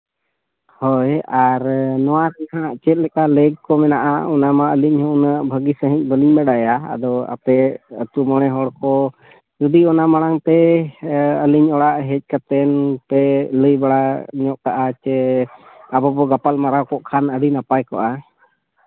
ᱦᱳᱭ ᱟᱨ ᱱᱚᱣᱟ ᱪᱮᱫ ᱞᱮᱠᱟ ᱞᱮᱸᱜᱽ ᱠᱚ ᱢᱮᱱᱟᱜᱼᱟ ᱚᱱᱟ ᱢᱟ ᱟᱹᱞᱤᱧ ᱦᱚᱸ ᱩᱱᱟᱹᱜ ᱵᱷᱟᱹᱜᱤ ᱥᱟᱺᱦᱤᱡ ᱵᱟᱹᱞᱤᱧ ᱵᱟᱲᱟᱭᱟ ᱟᱫᱚ ᱟᱯᱮ ᱟᱛᱳ ᱢᱚᱢᱮ ᱦᱚᱲ ᱠᱚ ᱡᱩᱫᱤ ᱚᱱᱟ ᱢᱟᱲᱟᱝ ᱛᱮ ᱟᱹᱞᱤᱧ ᱚᱲᱟᱜ ᱦᱮᱡ ᱠᱟᱛᱮᱱ ᱯᱮ ᱞᱟᱹᱭ ᱵᱟᱲᱟ ᱧᱚᱜ ᱠᱟᱜᱼᱟ ᱡᱮ ᱟᱵᱚ ᱵᱚᱱ ᱜᱟᱯᱟᱞ ᱢᱟᱨᱟᱣ ᱠᱚᱜ ᱠᱷᱟᱱ ᱟᱹᱰᱤ ᱱᱟᱯᱟᱭ ᱠᱚᱜᱼᱟ